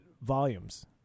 volumes